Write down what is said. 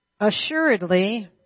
Assuredly